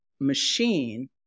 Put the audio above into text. machine